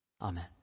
Amen